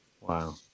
Wow